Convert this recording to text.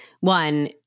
one